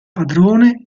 padrone